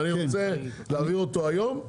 ואני רוצה להעביר אותו היום,